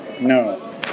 No